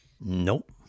Nope